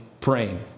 praying